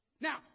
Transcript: Now